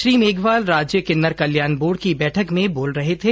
श्री मेघवाल राज्य किन्नर कल्याण बोर्ड की बैठक में बोल रहे थे